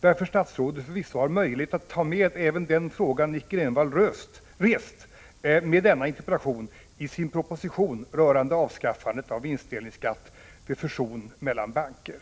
varför statsrådet förvisso har möjlighet att ta med även den fråga som Nic Grönvall rest med denna interpellation i sin proposition rörande avskaffandet av vinstdelningsskatt vid fusion av banker.